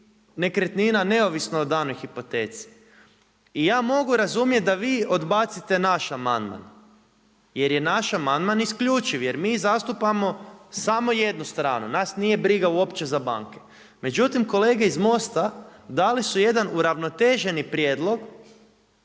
nekretnina neovisno o danoj hipoteci. I ja mogu razumjeti da vi odbacite naš amandman jer je naš amandman isključiv jer mi zastupamo samo jednu stranu, nas nije briga uopće za banke. Međutim kolege iz MOST-a dali su jedan uravnoteženi prijedlog,